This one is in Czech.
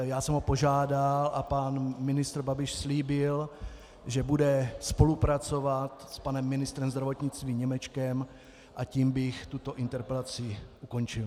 Já jsem ho požádal a pan ministr Babiš slíbil, že bude spolupracovat s panem ministrem zdravotnictví Němečkem, a tím bych tuto interpelaci ukončil.